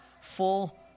full